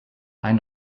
ein